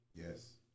Yes